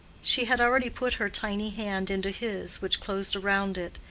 she had already put her tiny hand into his which closed around it,